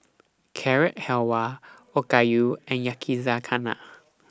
Carrot Halwa Okayu and Yakizakana